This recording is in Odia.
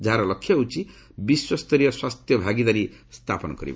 ଯାହାର ଲକ୍ଷ୍ୟ ହେଉଛି ବିଶ୍ୱସ୍ତରୀୟ ସ୍ୱାସ୍ଥ୍ୟ ଭାଗିଦାରି ସ୍ଥାପନ କରିବା